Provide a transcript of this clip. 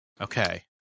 Okay